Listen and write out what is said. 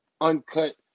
uncut